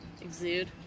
Exude